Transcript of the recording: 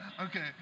Okay